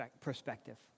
perspective